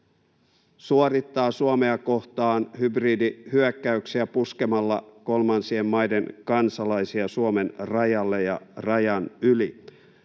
suorittaa Suomea kohtaan hybridihyökkäyksiä puskemalla kolmansien maiden kansalaisia Suomen rajalle ja rajan yli.